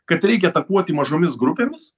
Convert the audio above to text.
kad reikia atakuoti mažomis grupėmis